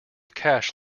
cash